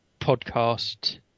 podcast